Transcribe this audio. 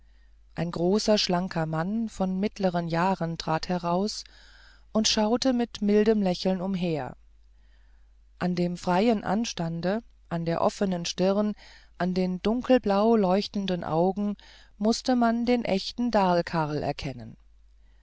ein großer schlanker mann von mittleren jahren trat heraus und schaute mit mildem lächeln umher an dem freien anstande an der offnen stirn an den dunkelblau leuchtenden augen mußte man den echten dalkarl erkennen